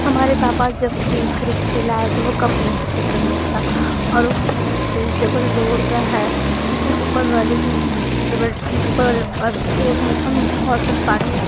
हमारे पापा जब फ्रिज खरीद कर लाए तो वो कम एलेक्टरसिटर मे था और ओ हमारा फ्रिज डबल डोर का है जिसमें ऊपर वाले डबल ऊपर वाले डोर में हम बौटल पानी